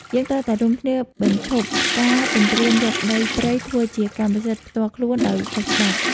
យើងត្រូវតែរួមគ្នាបញ្ឈប់ការទន្ទ្រានយកដីព្រៃធ្វើជាកម្មសិទ្ធិផ្ទាល់ខ្លួនដោយខុសច្បាប់។